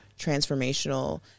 transformational